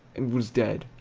and was dead.